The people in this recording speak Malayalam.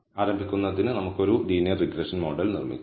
ആരംഭിക്കുന്നതിന് നമുക്ക് ഒരു ലീനിയർ റിഗ്രഷൻ മോഡൽ നിർമ്മിക്കാം